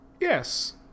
Yes